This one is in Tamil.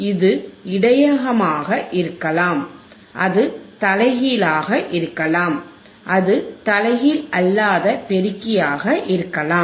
இது இடையகமாக இருக்கலாம் அது தலைகீழாக இருக்கலாம் அது தலைகீழ் அல்லாத பெருக்கியாக இருக்கலாம்